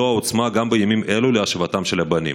העוצמה גם בימים אלו להשבתם של הבנים.